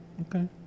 Okay